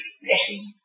Blessing